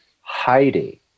Heidi